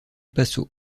paso